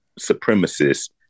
supremacists